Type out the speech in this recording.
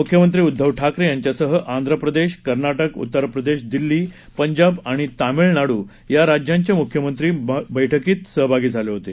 मुख्यमंत्री उद्दव ठाकरे यांच्यासह आंध्र प्रदेश कर्नाटक उत्तर प्रदेश दिल्ली पंजाब आणि तामिळनाडू या राज्यांचे मुख्यमंत्री बैठकीत सहभागी झाले होते